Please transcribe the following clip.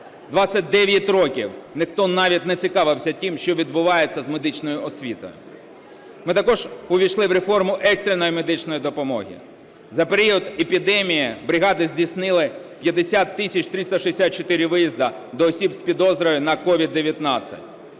29 років ніхто навіть не цікавився тим, що відбувається з медичною освітою. Ми також увійшли в реформу екстреної медичної допомоги. За період епідемії бригади здійснили 50 тисяч 364 виїзди до осіб з підозрою на СOVID-19.